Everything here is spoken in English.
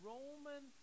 Roman